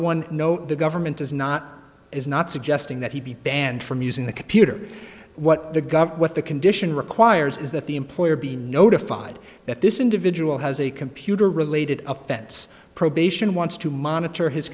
one knows the government does not is not suggesting that he be banned from using the computer what the gov what the condition requires is that the employer be notified that this individual has a computer related offense probation wants to monitor his